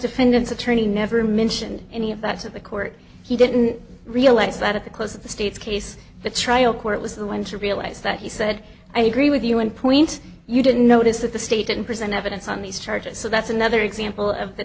defendant's attorney never mentioned any of that to the court he didn't realize that at the close of the state's case the trial court was the one to realize that he said i agree with you and point you didn't notice that the state didn't present evidence on these charges so that's another example of the